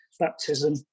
baptism